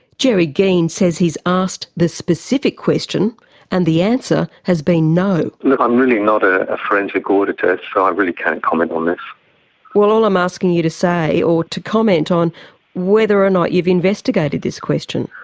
gerry geen says he's asked the specific question and the answer has been, no. look, i'm really not a forensic auditor, so i really can't kind of comment on this. well, all i'm asking you to say or to comment on whether or not you've investigated this question.